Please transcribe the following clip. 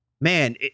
Man